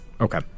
Okay